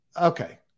Okay